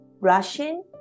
Russian